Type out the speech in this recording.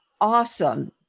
Awesome